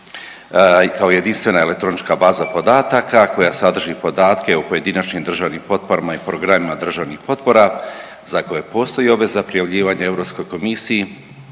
kao jedinstvena elektronička baza podataka koja sadrži podatke o pojedinačnim državnim potporama i programima državnih potpora za koje postoji obveza prijavljivanja Europskoj komisiji